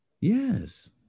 yes